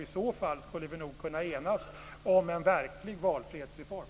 I så fall skulle vi nog kunna enas om en verklig valfrihetsreform.